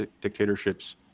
dictatorships